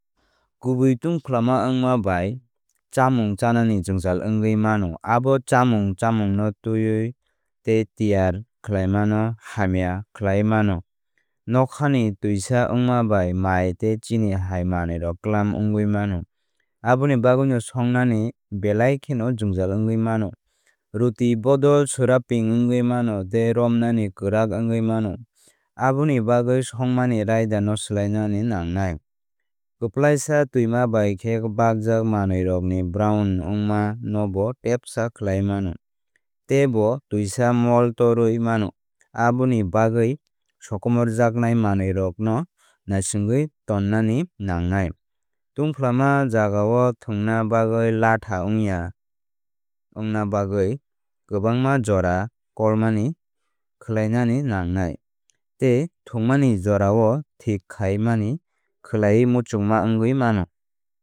Kubui tungflama wngma bai chámung chánani jwngjal wngwi mano. Abo chámung chámungno tonwi tei tiyar khlaimano hamya khlaiwi mano. Nokhani twisa wngma bai mai tei chini hai manwirok clump wngwi mano. Aboni bagwino swngnani belai kheno jwngjal wngwi mano. Roti bodol swraping wngwi mano tei romnani kwrak wngwi mano aboni bagwi shongmani raida no swlainani nangnai. Kwplaisa twima bai khe bakjak manwirokni brown wngma nobo tebsa khlaiwi mano. Teibo twisa mold torwi mano aboni bagwi sokomorjaknai manwirokno naisingwi tonnani nangnai. Tungflama jagao thwngna bagwi latha wngya wngna bagwi kwbangma jora kolmani khwlainani nangnai. Tei thwngmani jorao thik khai mani khwlaiwi muchungma wngwi mano.